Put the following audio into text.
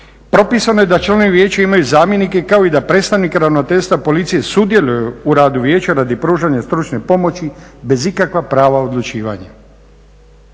Propisano je da članovi vijeća imaju zamjenike kao i da predstavnike ravnateljstva policije sudjeluju u radu vijeća radi pružanja stručne pomoći bez ikakva prava odlučivanja.